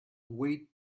weighted